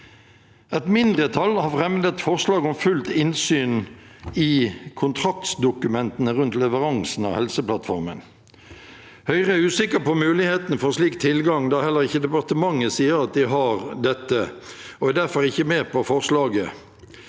Et mindretall har fremmet et forslag om fullt innsyn i kontraktsdokumentene rundt leveransene av Helseplattformen. Høyre er usikker på muligheten for en slik tilgang, da heller ikke departementet sier at de har dette, og er derfor ikke med på forslaget.